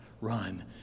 run